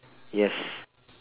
yes